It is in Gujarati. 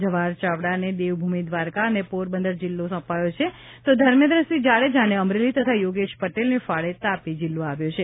જવાહર ચાવડાને દેવભૂમિ દ્વારકા સાથે પોરબંદર જિલ્લો સોંપાયો છે તો ધર્મેન્દ્રસિંહ જાડેજાને અમરેલી તથા યોગેશ પટેલને ફાળે તાપી જિલ્લો આવ્યો છે